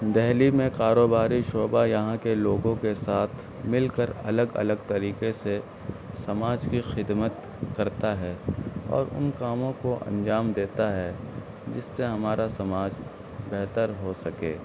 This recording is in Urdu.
دہلی میں کاروباری شعبہ یہاں کے لوگوں کے ساتھ مل کر الگ الگ طریقہ سے سماج کی خدمت کرتا ہے اور ان کاموں کو انجام دیتا ہے جس سے ہمارا سماج بہتر ہوسکے